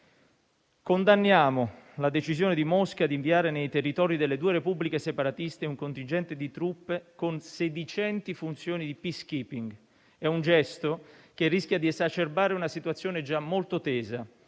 Condanniamo la decisione di Mosca di inviare nei territori delle due repubbliche separatiste un contingente di truppe con sedicenti funzioni di *peacekeeping*. È un gesto che rischia di esacerbare una situazione già molto tesa.